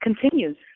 continues